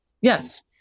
Yes